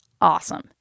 awesome